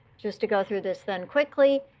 just to go through this then quickly,